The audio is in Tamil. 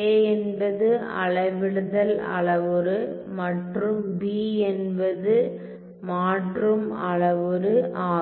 என்பது அளவிடுதல் அளவுரு மற்றும் b என்பது மாற்றும் அளவுரு ஆகும்